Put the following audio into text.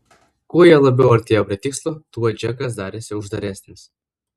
kuo jie labiau artėjo prie tikslo tuo džekas darėsi uždaresnis